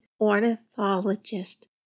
ornithologist